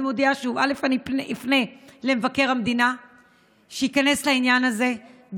אני מודיעה שוב: אני אפנה למבקר המדינה שייכנס לעניין הזה,